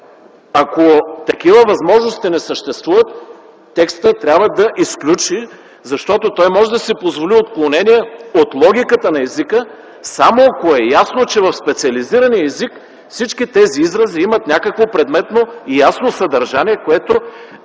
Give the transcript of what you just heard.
Ако такива възможности не съществуват, текстът трябва да ги изключи, защото той може да си позволи отклонение от логиката на езика само, ако е ясно, че в специализирания език всички тези изрази имат някакво предметно и ясно съдържание, което